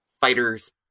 Fighters